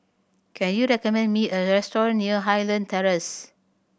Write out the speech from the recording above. can you recommend me a restaurant near Highland Terrace